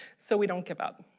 so we don't give up.